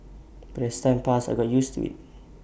but as time passed I got used to IT